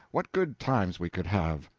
what good times we could have!